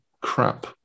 crap